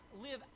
live